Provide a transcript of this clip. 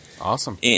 Awesome